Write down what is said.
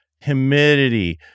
humidity